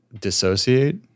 dissociate